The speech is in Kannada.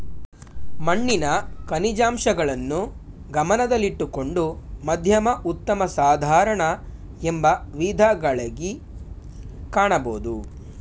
ಮಣ್ಣಿನ ಖನಿಜಾಂಶಗಳನ್ನು ಗಮನದಲ್ಲಿಟ್ಟುಕೊಂಡು ಮಧ್ಯಮ ಉತ್ತಮ ಸಾಧಾರಣ ಎಂಬ ವಿಧಗಳಗಿ ಕಾಣಬೋದು